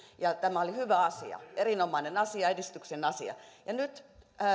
ja tämä oli hyvä asia erinomainen asia ja edistyksen asia nyt